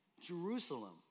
Jerusalem